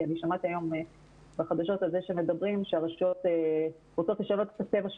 כי שמעתי היום בחדשות על זה שמדברים שרשויות רוצות לשנות את הצבע שלהן.